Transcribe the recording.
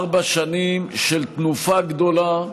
ארבע שנים של תנופה גדולה,